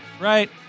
Right